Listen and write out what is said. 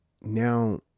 now